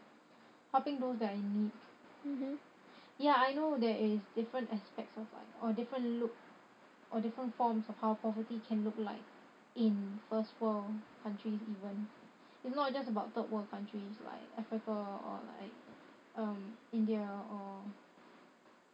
helping those that are in need ya I know there is different aspects of like or different look or different forms of how poverty can look like in first world countries even it's not just about third world countries like africa or like um india or